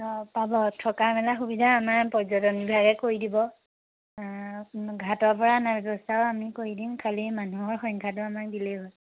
অঁ পাব থকা মেলা সুবিধা আমাৰ পৰ্যটন বিভাগে কৰি দিব ঘাটৰপৰা নাৱৰ ব্যৱস্থাও আমি কৰি দিম খালী মানুহৰ সংখ্যাটো আমাক দিলেই হ'ল